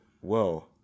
whoa